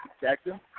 Jackson